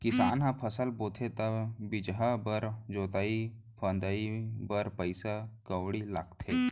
किसान ह फसल बोथे त बीजहा बर, जोतई फंदई बर पइसा कउड़ी लगाथे